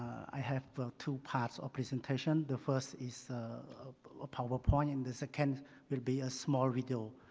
i have brought two parts of presentation. the first is a powerpoint and the second will be a small video.